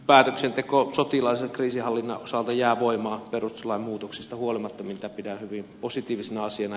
päätöksenteko sotilaallisen kriisinhallinnan osalta jää voimaan perustuslain muutoksista huolimatta mitä pidän hyvin positiivisena asiana